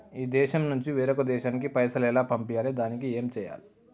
ఈ దేశం నుంచి వేరొక దేశానికి పైసలు ఎలా పంపియ్యాలి? దానికి ఏం చేయాలి?